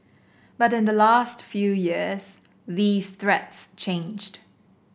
but in the last few years these threats changed